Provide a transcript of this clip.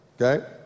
Okay